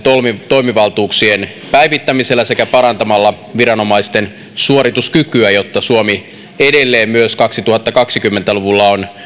toimivaltuuksien päivittämisellä sekä parantamalla viranomaisten suorituskykyä jotta suomi edelleen myös kaksituhattakaksikymmentä luvulla on